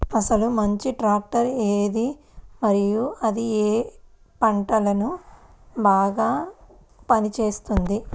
అసలు మంచి ట్రాక్టర్ ఏది మరియు అది ఏ ఏ పంటలకు బాగా పని చేస్తుంది?